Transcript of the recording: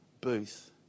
booth